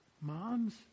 moms